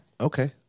Okay